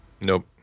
Nope